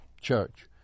church